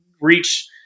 reach –